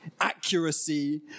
accuracy